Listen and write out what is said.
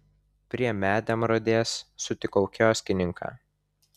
prie medemrodės sutikau kioskininką